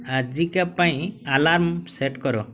ଆଜିକା ପାଇଁ alarm set କର